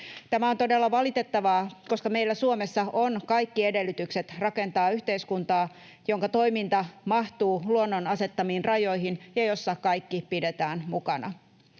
Tämä on todella valitettavaa, koska meillä Suomessa on kaikki edellytykset rakentaa yhteiskuntaa, jonka toiminta mahtuu luonnon asettamiin rajoihin ja jossa kaikki pidetään mukana.